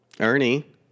Ernie